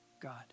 God